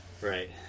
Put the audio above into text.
Right